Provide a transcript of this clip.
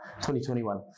2021